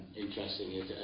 interesting